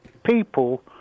people